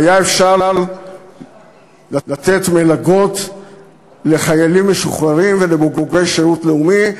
והיה אפשר לתת מלגות לחיילים משוחררים ולבוגרי שירות לאומי.